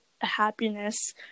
happiness